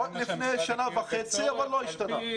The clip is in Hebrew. עוד לפני שנה וחצי אבל המצב לא השתנה.